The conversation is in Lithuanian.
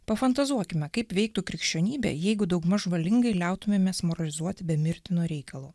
pafantazuokime kaip veiktų krikščionybė jeigu daugmaž valingai liautumėmės moralizuoti be mirtino reikalo